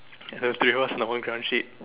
have three lah one ground sheet